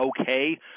okay